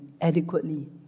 adequately